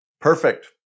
Perfect